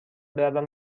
بروم